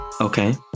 Okay